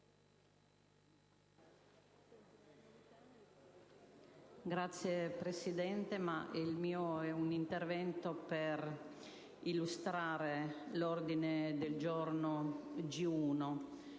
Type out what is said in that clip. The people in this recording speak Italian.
Signor Presidente, il mio è un intervento per illustrare l'ordine del giorno G1.